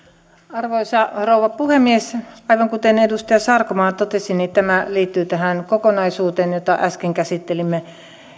arvoisa rouva puhemies aivan kuten edustaja sarkomaa totesi tämä liittyy tähän kokonaisuuteen jota äsken käsittelimme